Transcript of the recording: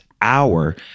hour